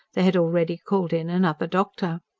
they had already called in another doctor.